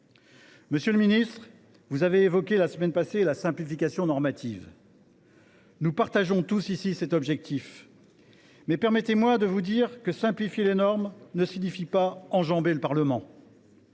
Monsieur le ministre, vous avez évoqué la semaine passée la simplification normative. Nous partageons tous ici cet objectif. Cependant, simplifier les normes ne signifie pas enjamber le Parlement.